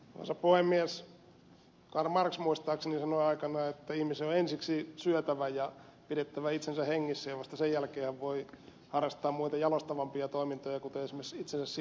karl marx muistaakseni sanoi aikanaan että ihmisen on ensiksi syötävä ja pidettävä itsensä hengissä ja vasta sen jälkeen voi harrastaa muita jalostavampia toimintoja kuten esimerkiksi itsensä sivistämistä